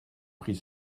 pris